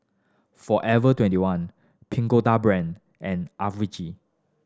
Forever Twenty one Pagoda Brand and Acuvue